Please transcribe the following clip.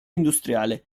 industriale